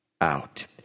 out